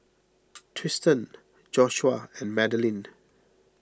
Tristen Joshua and Magdalena